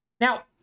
Now